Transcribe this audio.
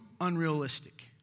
unrealistic